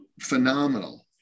phenomenal